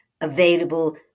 available